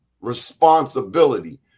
responsibility